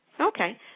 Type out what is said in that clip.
Okay